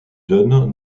donnent